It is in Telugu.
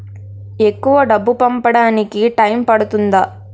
ఎక్కువ డబ్బు పంపడానికి టైం పడుతుందా?